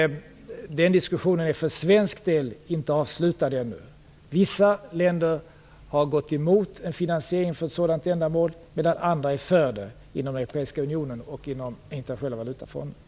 Den diskussionen är för svensk del ännu inte avslutad. Vissa länder inom Europeiska unionen och Internationella valutaunionen har gått emot en finansiering för ett sådant ändamål medan andra är för det.